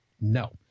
no